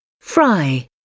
Fry